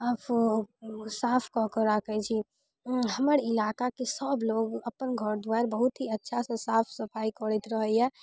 आओर साफ कऽ कऽ राखै छी हमर इलाकाके सब लोग अपन घर दुवारि बहुत ही अच्छासँ साफ सफाइ करैत रहैय